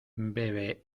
bebe